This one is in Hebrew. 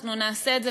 אנחנו נעשה את זה,